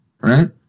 Right